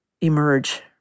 emerge